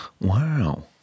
Wow